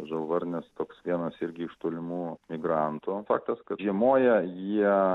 žalvarnis toks vienas irgi iš tolimų migrantų faktas kad žiemoja jie